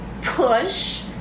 push